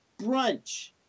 brunch